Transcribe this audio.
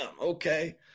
okay